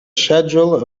schedule